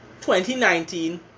2019